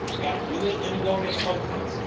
not willing any longer conference,